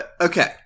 Okay